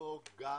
לדאוג גם